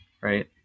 Right